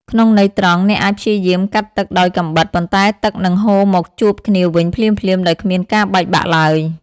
ក្នុងន័យត្រង់ អ្នកអាចព្យាយាមកាត់ទឹកដោយកាំបិត ប៉ុន្តែទឹកនឹងហូរមកជួបគ្នាវិញភ្លាមៗដោយគ្មានការបែកបាក់ឡើយ។